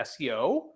SEO